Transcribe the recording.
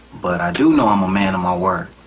but i do know i'm a man of my word.